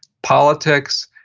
politics,